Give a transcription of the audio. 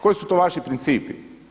Koji su to vaši principi?